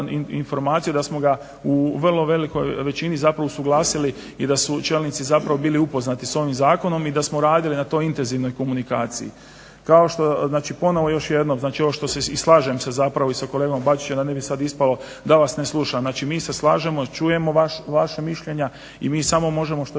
informaciju da smo ga u vrlo velikoj većini usuglasili i da su čelnici bili upoznati s ovim zakonom i da smo radili na toj intenzivnoj komunikaciji, kao što znači ponovno još jednom, slažem se s kolegom Bačićem da ne bi sada ispalo da vas ne slušam. Znači mi se slažemo, čujemo vaša mišljenja i mi samo možemo što